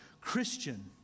Christian